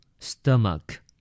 Stomach